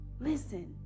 listen